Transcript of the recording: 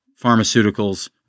pharmaceuticals